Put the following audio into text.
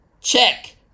check